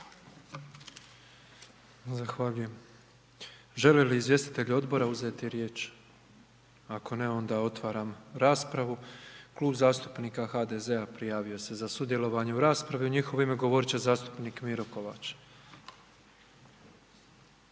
Zahvaljujem. Želi li izvjestitelj Odbora uzeti riječi? Ako ne, onda otvaram raspravu. Klub zastupnika HDZ-a prijavio se za sudjelovanje u raspravi, u njihovo ime govorit će zastupnik Miro Kovač.